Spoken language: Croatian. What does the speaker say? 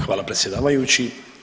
Hvala predsjedavajući.